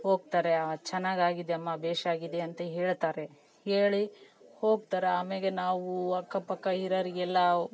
ಹೋಗ್ತಾರೆ ಚೆನ್ನಾಗ್ ಆಗಿದೆ ಅಮ್ಮ ಭೇಷ್ ಆಗಿದೆ ಅಂತ ಹೇಳ್ತಾರೆ ಹೇಳಿ ಹೋಗ್ತಾರೆ ಆಮ್ಯಾಗೆ ನಾವೂ ಅಕ್ಕ ಪಕ್ಕ ಇರೋರಿಗೆಲ್ಲಾ